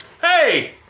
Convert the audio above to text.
Hey